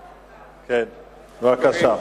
בבקשה.